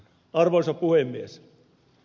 arvoisa puhemies